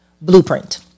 blueprint